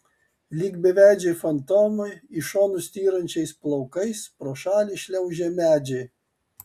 lyg beveidžiai fantomai į šonus styrančiais plaukais pro šalį šliaužė medžiai